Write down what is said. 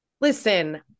Listen